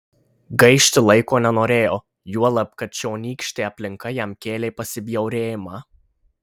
gaišti laiko nenorėjo juolab kad čionykštė aplinka jam kėlė pasibjaurėjimą